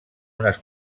unes